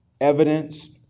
evidence